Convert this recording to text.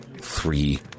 three